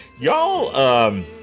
y'all